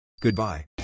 Goodbye